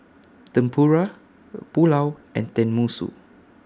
Tempura Pulao and Tenmusu